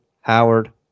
Howard